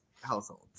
household